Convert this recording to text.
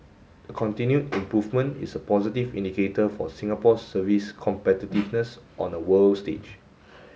the continued improvement is a positive indicator for Singapore's service competitiveness on a world stage